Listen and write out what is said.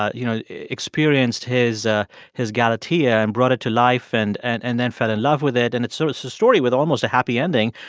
ah you know, experienced his ah his galatea and brought it to life and and and then fell in love with it and it's sort of so a story with almost a happy ending,